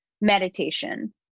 meditation